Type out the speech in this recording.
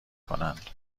کنند